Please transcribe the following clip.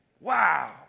Wow